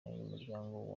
y’umuryango